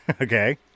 Okay